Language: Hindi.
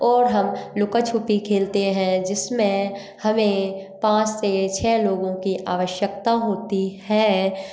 और हम लुका छुपी खेलते हैं जिसमें हमें पाँच से छ लोगों की आवश्यकता होती है